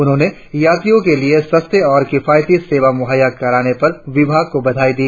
उन्होंने यात्रियों के लिए सस्ते और किफायती सेवा मुहैया कराने पर विभाग को बधाई दी